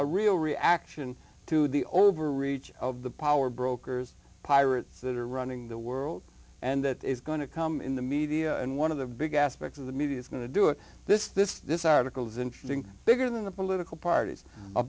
a real reaction to the overreach of the power brokers pirates that are running the world and that is going to come in the media and one of the big aspects of the media's going to do it this this this article is interesting bigger than the political parties a